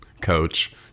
coach